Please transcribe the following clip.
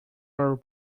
are